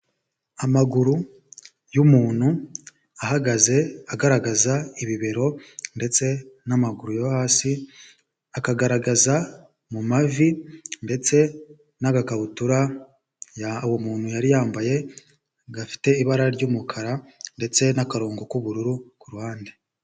Amaguru y'umuntu ahagaze agaragaza ibibero ndetse n'amaguru yo hasi akagaragaza mu mavi ndetse n'agakabutura, uwo muntu yari yambaye gafite ibara ry'umukara ndetse n'akarongo k'ubururu ku ruhande.